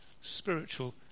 spiritual